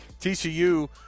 TCU